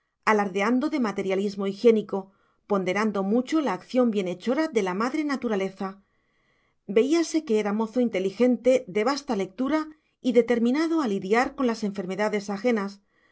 alardeando de materialismo higiénico ponderando mucho la acción bienhechora de la madre naturaleza veíase que era mozo inteligente de bastante lectura y determinado a lidiar con las enfermedades ajenas